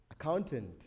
accountant